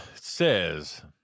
says